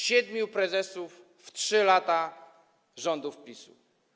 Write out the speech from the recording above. Siedmiu prezesów w 3 lata rządów PiS-u.